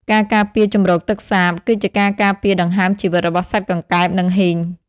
ការការពារជម្រកទឹកសាប គឺជាការការពារដង្ហើមជីវិតរបស់សត្វកង្កែប និងហ៊ីង។